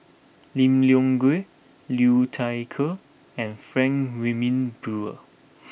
Lim Leong Geok Liu Thai Ker and Frank Wilmin Brewer